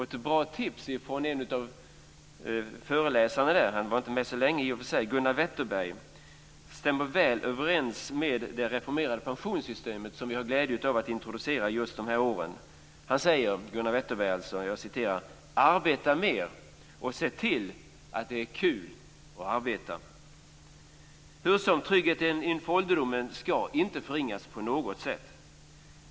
Ett bra tips gavs av en av föreläsarna, som i och för sig inte var med oss så länge. Tipset stämmer väl överens med det reformerade pensionssystem som vi nu har glädjen att introducera under några år. Det var Gunnar Wetterberg, som sade: Arbeta mer - och se till att det är kul att arbeta! Hur som helst - tryggheten inför ålderdomen ska inte på något sätt förringas.